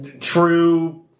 true